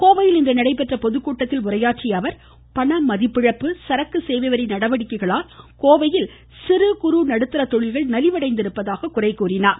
கோவையில் இன்று நடைபெற்ற பொதுக்கூட்டத்தில் உரையாற்றிய அவர் பண மதிப்பிழப்பு சரக்கு சேவை வரி நடவடிக்கைகளால் கோவையில் சிறு குறு நடுத்தர தொழில்கள் நலிவடைந்திருப்பதாக குறை கூறினார்